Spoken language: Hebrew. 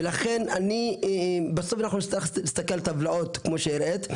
ולכן בסוף אנחנו נצטרך להסתכל על טבלאות כמו שהראית,